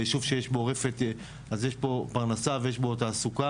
ביישוב שיש בו רפת יש בו פרנסה ויש בו תעסוקה,